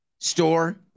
store